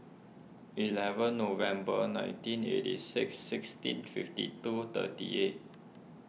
eleven November nineteen eighty six sixteen fifty two thirty eight